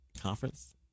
Conference